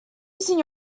using